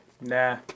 Nah